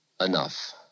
enough